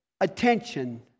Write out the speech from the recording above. attention